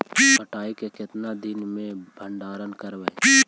कटाई के कितना दिन मे भंडारन करबय?